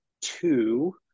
two